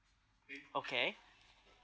okay okay